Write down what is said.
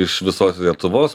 iš visos lietuvos